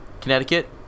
Connecticut